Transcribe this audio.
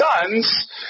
sons